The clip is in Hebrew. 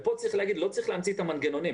פה צריך להגיד: לא צריך להמציא את המנגנונים.